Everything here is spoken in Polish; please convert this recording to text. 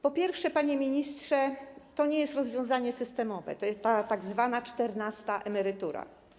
Po pierwsze, panie ministrze, to nie jest rozwiązanie systemowe, ta tzw. czternasta emerytura.